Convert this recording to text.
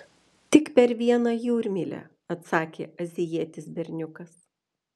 tik per vieną jūrmylę atsakė azijietis berniukas